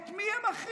את מי הם מחרימים?